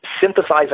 synthesizing